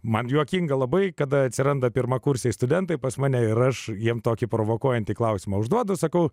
man juokinga labai kada atsiranda pirmakursiai studentai pas mane ir aš jiems tokį provokuojantį klausimą užduodu sakau